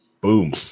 Boom